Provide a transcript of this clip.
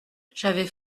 j’avais